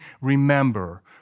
remember